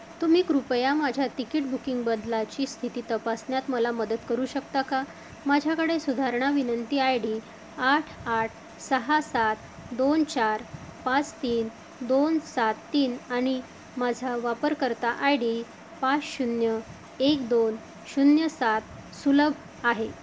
तुम्ही कृपया माझ्या तिकीट बुकिंग बदलाची स्थिती तपासण्यात मला मदत करू शकता का माझ्याकडे सुधारणा विनंती आय डी आठ आठ सहा सात दोन चार पाच तीन दोन सात तीन आणि माझा वापरकर्ता आय डी पाच शून्य एक दोन शून्य सात सुलभ आहे